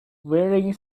wearing